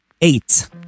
eight